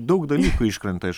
daug dalykų iškrenta iš